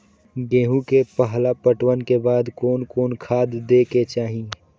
गेहूं के पहला पटवन के बाद कोन कौन खाद दे के चाहिए?